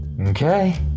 Okay